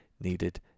needed